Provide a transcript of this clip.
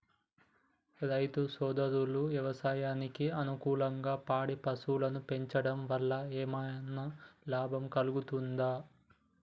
రైతు సోదరులు వ్యవసాయానికి అనుకూలంగా పాడి పశువులను పెంచడం వల్ల ఏమన్నా లాభం కలుగుతదా?